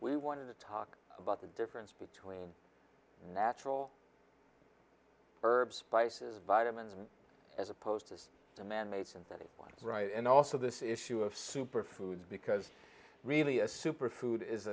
we wanted to talk about the difference between natural herbs spices vitamins as opposed to manmade synthetic ones right and also this issue of super foods because really a super food is a